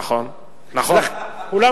נכון, נכון מאוד.